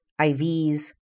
IVs